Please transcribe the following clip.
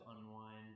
unwind